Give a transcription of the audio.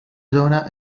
zona